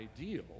ideal